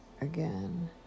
again